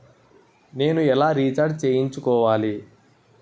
నేను ఎలా రీఛార్జ్ చేయించుకోవాలి?